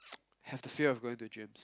have the fear of going to gyms